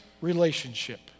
relationship